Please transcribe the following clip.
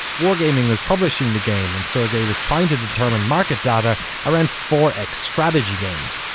wargaming was publishing the game and sergey was trying to determine market data around four x strategy games.